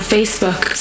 Facebook